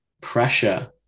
pressure